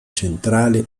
centrale